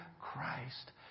Christ